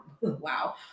Wow